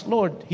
Lord